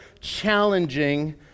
challenging